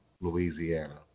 Louisiana